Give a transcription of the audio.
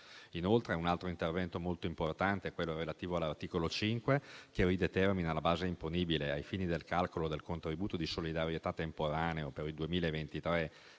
elettrica. Un altro intervento molto importante è quello relativo all'articolo 5, che ridetermina la base imponibile ai fini del calcolo del contributo di solidarietà temporaneo per il 2023